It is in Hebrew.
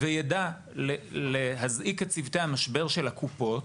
ויידע להזעיק את צוותי המשבר של הקופות